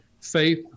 faith